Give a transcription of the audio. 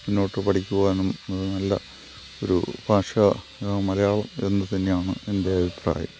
മുന്നോട്ട് പഠിക്കുവാനും അത് നല്ല ഒരു ഭാഷാ മലയാളം എന്നു തന്നെയാണ് എൻ്റെ അഭിപ്രായം